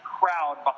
crowd